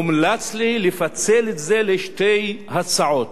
הומלץ לי לפצל את זה לשתי הצעות: